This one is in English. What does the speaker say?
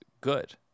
good